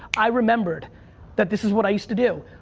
i remembered that this is what i used to do.